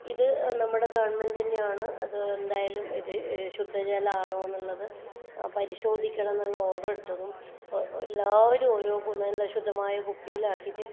ഇത് നമ്മുടെ ഗവൺമെന്റിൻ്റെ ആണ് അത് എന്തായാലും ഇത് ശുദ്ധജലം ആണോന്നുള്ളത് പരിശോധിക്കണം എന്നുള്ള ഓഡർ ഇട്ടതും എല്ലാവരും ഓരോ നല്ല ശുദ്ധമായ കുപ്പിയിലാക്കിയിട്ട്